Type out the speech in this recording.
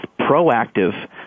proactive